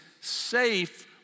safe